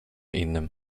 innym